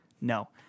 No